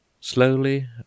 Slowly